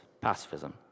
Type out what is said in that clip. pacifism